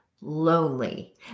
lonely